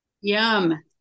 Yum